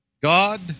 God